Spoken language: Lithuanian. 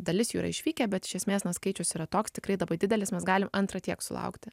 dalis jų yra išvykę bet iš esmės na skaičius yra toks tikrai labai didelis mes galime antrą tiek sulaukti